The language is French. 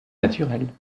naturel